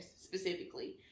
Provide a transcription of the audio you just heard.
specifically